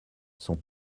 sont